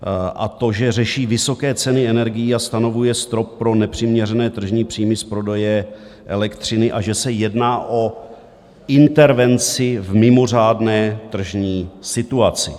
A to, že řeší vysoké ceny energií a stanovuje strop pro nepřiměřené tržní příjmy z prodeje elektřiny, a že se jedná o intervenci v mimořádné tržní situaci.